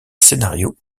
scénarios